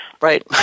Right